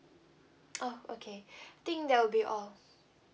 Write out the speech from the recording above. oh okay think that will be all